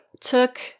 took